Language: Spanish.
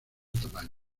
tamaño